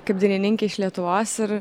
kaip dainininkė iš lietuvos ir